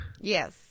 yes